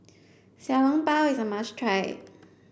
Xiao Long Bao is a must try